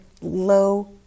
low